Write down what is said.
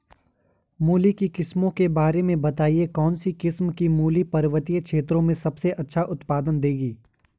मूली की किस्मों के बारे में बताइये कौन सी किस्म की मूली पर्वतीय क्षेत्रों में सबसे अच्छा उत्पादन देंगी?